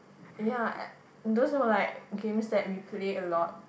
ya a~ those were like games that we play a lot